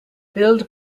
billed